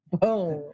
Boom